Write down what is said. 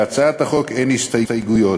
להצעת החוק אין הסתייגויות.